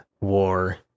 war